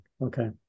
Okay